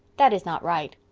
that is not right.